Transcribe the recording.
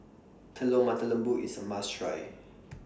Telur Mata Lembu IS A must Try